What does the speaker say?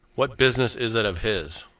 what business is it of his?